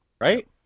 right